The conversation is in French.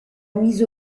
mise